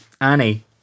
Annie